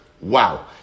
Wow